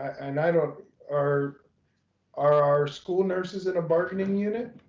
and i don't are our our school nurses in a bargaining unit?